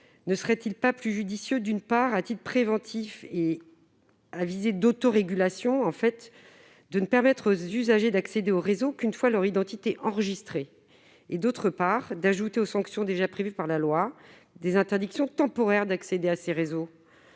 ne serait-il pas judicieux, à titre préventif et à des fins d'autorégulation, de ne permettre aux usagers d'accéder aux réseaux qu'une fois leur identité enregistrée, d'une part, et d'ajouter aux sanctions déjà prévues par la loi des interdictions temporaires d'accéder à ces réseaux,